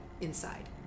inside